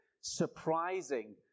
surprising